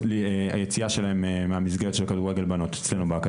היציאה שלהם מהמסגרת של כדורגל בנות אצלנו באקדמיה.